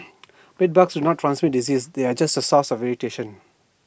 bedbugs do not transmit diseases they are just A source of irritation